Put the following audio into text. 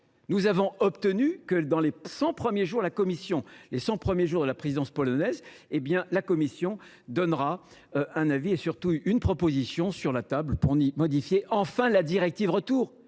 Nous avons obtenu que, pendant les cent premiers jours de la présidence polonaise, la Commission donne un avis et, surtout, mette une proposition sur la table pour enfin modifier la directive Retour,